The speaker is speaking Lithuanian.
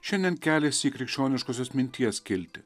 šiandien keliasi į krikščioniškosios minties skiltį